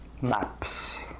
Maps